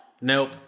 Nope